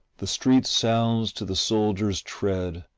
the street sounds to the soldiers' tread,